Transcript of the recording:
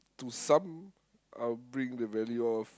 to some I'll bring the value of